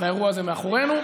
והאירוע הזה מאחורינו.